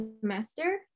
semester